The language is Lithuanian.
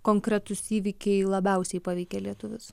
konkretūs įvykiai labiausiai paveikė lietuvius